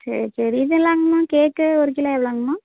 சரி சரி இதெல்லாங்கம்மா கேக்கு ஒரு கிலோ எவ்வளோங்கம்மா